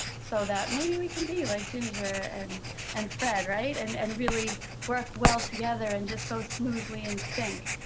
so that maybe we can be like ginger and and fred, right? and and really work well together and just go so smoothly in sync.